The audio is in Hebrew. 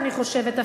אני חושבת,